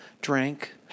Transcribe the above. drank